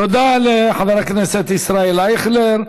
תודה לחבר הכנסת ישראל אייכלר.